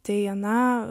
tai na